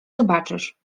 zobaczysz